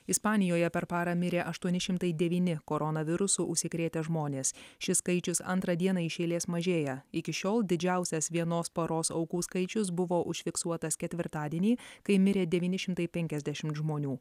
ispanijoje per parą mirė aštuoni šimtai devyni koronavirusu užsikrėtę žmonės šis skaičius antrą dieną iš eilės mažėja iki šiol didžiausias vienos paros aukų skaičius buvo užfiksuotas ketvirtadienį kai mirė devyni šimtai penkiasdešimt žmonių